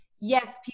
yes